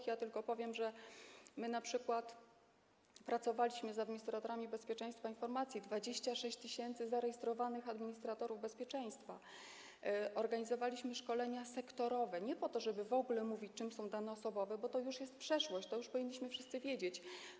Powiem tylko, że np. pracowaliśmy z administratorami bezpieczeństwa informacji - 26 tys. zarejestrowanych administratorów bezpieczeństwa - organizowaliśmy szkolenia sektorowe, nie po to żeby w ogóle mówić, czym są dane osobowe, bo to już jest przeszłość, to już powinniśmy wszyscy wiedzieć.